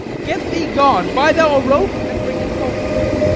get thee gone buy thou a rope, and bring it home to me.